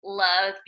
love